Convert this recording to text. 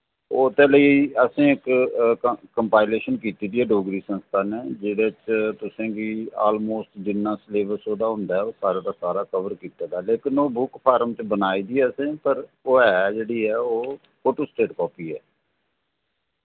ओह्दे लेई असें इक कंपाइलेशन कीत्ति दी ऐ डोगरी संस्था नै जिदे च तुसेंगी आलमोस्ट जिन्ना सलेबस उदा होंदा ऐ ओह् सारा दा सारा कवर कीत्ते दा ऐ लेकिन ओह् बुक फार्म च बनाए दी असें पर ओह् ऐ जेह्ड़ी ऐ ओह् फोटोस्टेट कापी ऐ